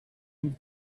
and